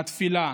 התפילה.